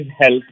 health